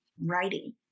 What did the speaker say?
writing